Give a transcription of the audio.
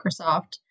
Microsoft